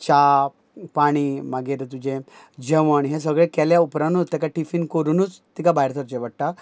च्या पाणी मागीर तुजें जेवण हें सगळें केल्या उपरानूत तेका टिफीन कोरुनूच तिका भायर सरचें पडटा